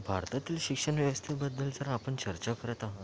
भारतातील शिक्षण व्यवस्थेबद्दल जर आपण चर्चा करत आहोत